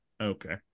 Okay